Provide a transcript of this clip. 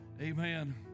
Amen